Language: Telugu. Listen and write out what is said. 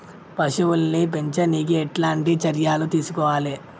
పశువుల్ని పెంచనీకి ఎట్లాంటి చర్యలు తీసుకోవాలే?